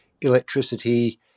electricity